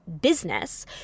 business